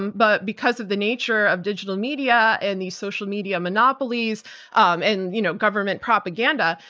but because of the nature of digital media and these social media monopolies um and you know government propaganda,